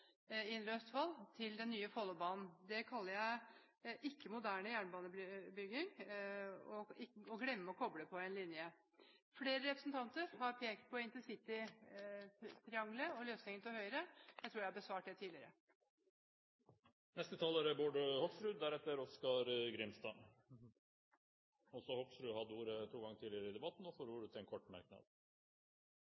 den nye Follobanen. Det å glemme å koble på en linje kaller ikke jeg moderne jernbanebygging. Flere representanter har pekt på intercitytrianglet og løsningen til Høyre. Jeg tror jeg har besvart det tidligere. Representanten Bård Hoksrud har hatt ordet to ganger tidligere i debatten og får